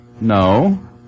No